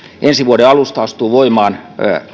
ensi vuoden alusta astuu voimaan